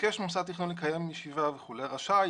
ביקש מוסד תכנון לקיים ישיבה וכו', רשאי